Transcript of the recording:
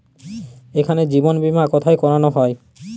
এখানে জীবন বীমা কোথায় করানো হয়?